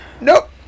Nope